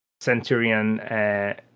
Centurion